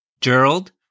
Gerald